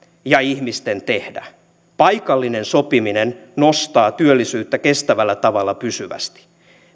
ja ihmisten tehdä paikallinen sopiminen nostaa työllisyyttä kestävällä tavalla pysyvästi